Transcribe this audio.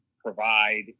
provide